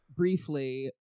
Briefly